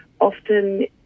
often